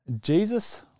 Jesus